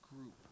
group